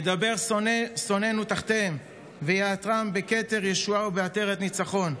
יַדבר שונאינו תחתיהם ויעטרֵם בכתר ישועה ובעטרת ניצחון.